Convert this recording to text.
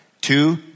Two